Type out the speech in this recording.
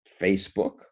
facebook